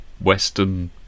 western